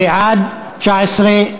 אדוני היושב-ראש, הצבעתי במקומה של, בעד 19,